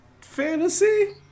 fantasy